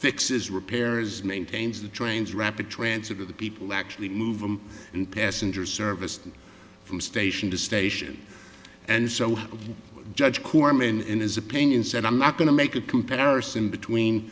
fixes repairs maintains the trains rapid transit of the people actually move them and passenger service from station to station and so judge cooperman in his opinion said i'm not going to make a comparison between